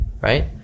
right